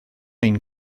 ein